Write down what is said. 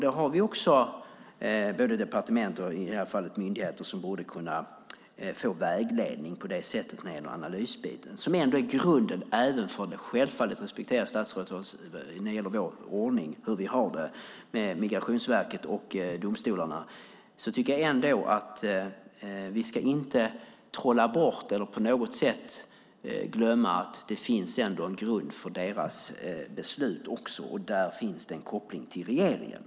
Vi har också både departement och, i det här fallet, myndigheter som borde kunna få vägledning på det sättet när det gäller analysbiten, som ändå är grunden. Jag respekterar självfallet statsrådet när det gäller vår ordning, hur vi har det med Migrationsverket och domstolarna. Men jag tycker inte att vi ska trolla bort eller på något sätt glömma att det också finns en grund för deras beslut. Och där finns det en koppling till regeringen.